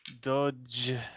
Dodge